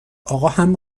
آقاهم